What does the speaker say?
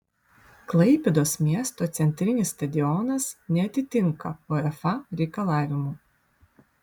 klaipėdos miesto centrinis stadionas neatitinka uefa reikalavimų